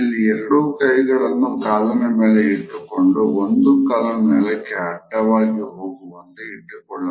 ಇಲ್ಲಿ ಎರಡೂ ಕೈಗಳನ್ನು ಕಾಲಿನ ಮೇಲೆ ಇಟ್ಟುಕೊಂಡು ಒಂದು ಕಾಲನ್ನು ನೆಲಕ್ಕೆ ಅಡ್ಡವಾಗಿ ಹೋಗುವಂತೆ ಇಟ್ಟುಕೊಳ್ಳಲಾಗಿದೆ